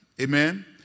Amen